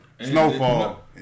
Snowfall